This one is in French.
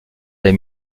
des